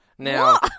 Now